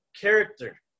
character